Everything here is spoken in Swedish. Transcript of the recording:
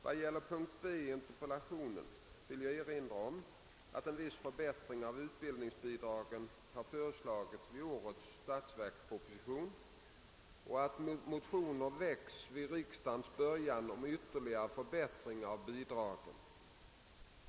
Vad gäller punkt b i interpellationen vill jag erinra om att en viss förbättring av utbildningsbidragen har föreslagits i årets statsverksproposition och att motioner väckts vid riksdagens början om ytterligare förbättringar av bidragen.